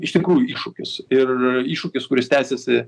iš tikrųjų iššūkis ir iššūkis kuris tęsiasi